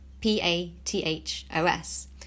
P-A-T-H-O-S